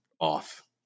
off